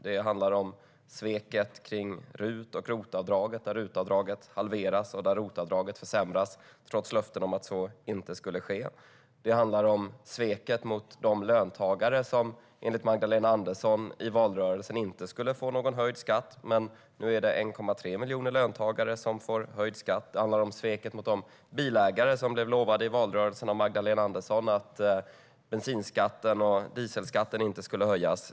Det handlar om sveket kring RUT och ROT-avdraget, där RUT-avdraget halveras och där ROT-avdraget försämras, trots löften om att så inte skulle ske. Det handlar om sveket mot de löntagare som enligt Magdalena Andersson i valrörelsen inte skulle få någon höjd skatt - nu är det 1,3 miljoner löntagare som får höjd skatt. Det handlar om sveket mot de bilägare som blev lovade i valrörelsen av Magdalena Andersson att bensinskatten och dieselskatten inte skulle höjas.